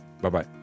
Bye-bye